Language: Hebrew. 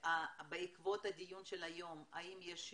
בעקבות הדיון של היום האם יש שינוי,